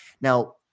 Now